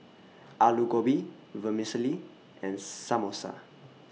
Alu Gobi Vermicelli and Samosa